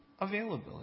availability